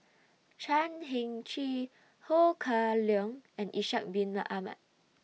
Chan Heng Chee Ho Kah Leong and Ishak Bin Ahmad